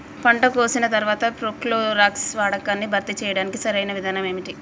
పంట కోసిన తర్వాత ప్రోక్లోరాక్స్ వాడకాన్ని భర్తీ చేయడానికి సరియైన విధానం ఏమిటి?